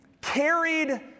carried